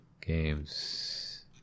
Games